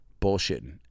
bullshitting